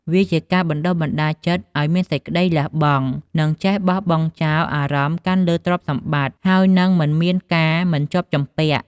វាជាការបណ្ដុះបណ្ដាលចិត្តឲ្យមានសេចក្ដីលះបង់ និងចេះបោះបង់ចោលអារម្មណ៍កាន់លើទ្រព្យសម្បត្តិ ហើយនិងមិនមានការមិនជាប់ជំពាក់។